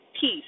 peace